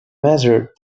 measured